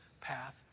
path